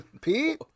Pete